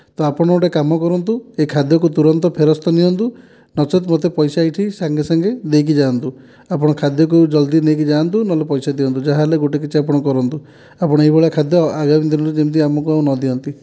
ତ ଆପଣ ଗୋଟେ କାମ କରନ୍ତୁ ଏ ଖାଦ୍ୟକୁ ତୁରନ୍ତ ଫେରସ୍ତ ନିଅନ୍ତୁ ନଚେତ୍ ମୋତେ ପଇସା ଏଇଠି ସାଙ୍ଗେ ସାଙ୍ଗେ ଦେଇକି ଯାଆନ୍ତୁ ଆପଣ ଖାଦ୍ୟକୁ ଜଲ୍ଦି ନେଇକି ଯାଆନ୍ତୁ ନହେଲେ ପଇସା ଦିଅନ୍ତୁ ଯାହା ହେଲେ ଗୋଟେ କିଛି ଆପଣ କରନ୍ତୁ ଆପଣ ଏହି ଭଳିଆ ଖାଦ୍ୟ ଆଗାମୀ ଦିନରେ ଯେମିତି ଆମକୁ ଆଉ ନ ଦିଅନ୍ତି